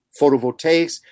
Photovoltaics